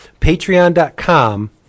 patreon.com